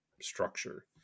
structure